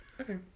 Okay